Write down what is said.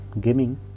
gaming